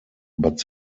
but